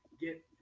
get